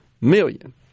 million